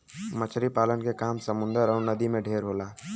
मछरी पालन के काम समुन्दर अउर नदी में ढेर होला